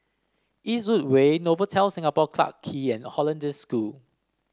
Eastwood Way Novotel Singapore Clarke Quay and Hollandse School